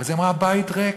אז היא אמרה: הבית ריק.